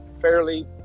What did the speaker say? fairly